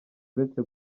uretse